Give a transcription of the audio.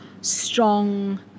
strong